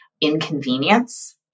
inconvenience